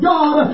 God